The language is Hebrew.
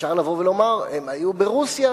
אפשר לומר: הם היו ברוסיה,